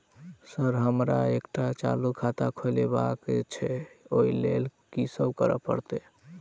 Sir हमरा एकटा चालू खाता खोलबाबह केँ छै ओई लेल की सब करऽ परतै?